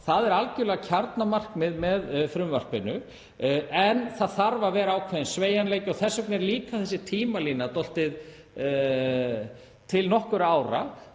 Það er algjörlega kjarnamarkmiðið með frumvarpinu en það þarf að vera ákveðinn sveigjanleiki og þess vegna er líka þessi tímalína til nokkurra ára.